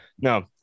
No